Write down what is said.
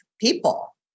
people